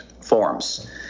forms